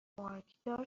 مارکدار